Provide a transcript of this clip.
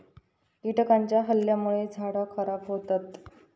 कीटकांच्या हल्ल्यामुळे झाडा खराब होतत